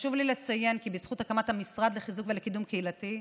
חשוב לי לציין כי בזכות הקמת המשרד לחיזוק ולקידום קהילתי,